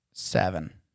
seven